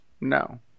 no